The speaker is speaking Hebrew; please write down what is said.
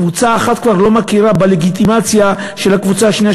קבוצה אחת כבר לא מכירה בלגיטימציה של הקבוצה השנייה,